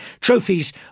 trophies